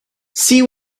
see